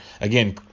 Again